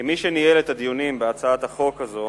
כמי שניהל את הדיונים בהצעת החוק הזאת